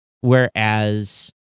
Whereas